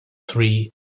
three